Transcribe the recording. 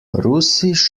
russisch